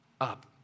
up